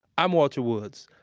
i'm walter woods.